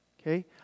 okay